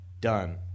done